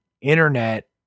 internet